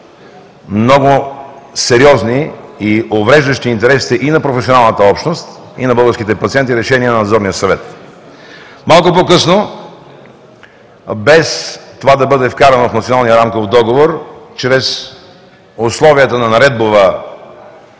много сериозни и увреждащи интересите и на професионалната общност, и на българските пациенти и решения на Надзорния съвет. Малко по-късно, без това да бъде вкарано в Националния рамков договор, чрез условията на наредбово